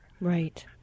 Right